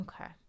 Okay